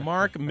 Mark